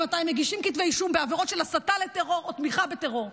ומתי מגישים כתבי אישום בעבירות של הסתה לטרור או תמיכה בטרור.